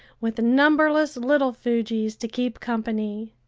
with numberless little fujis to keep company.